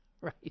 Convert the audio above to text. Right